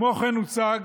כמו כן, הוצג